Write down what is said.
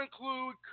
include